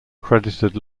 credited